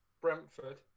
Brentford